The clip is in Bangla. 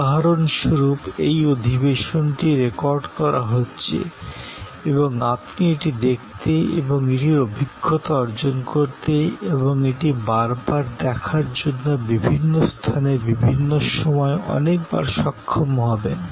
উদাহরণস্বরূপ এই সেশনটি রেকর্ড করা হচ্ছে এবং আপনি এটি দেখতে এবং এটির অভিজ্ঞতা অর্জন করতে এবং এটি বারবার দেখার জন্য বিভিন্ন স্থানে বিভিন্ন সময় অনেকবার সক্ষম হবেন